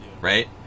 right